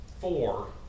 four